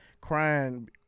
crying